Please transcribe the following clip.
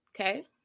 Okay